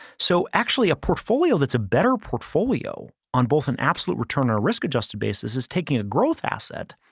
so actually a portfolio that's a better portfolio on both an absolute return or a risk adjusted basis is taking a growth asset,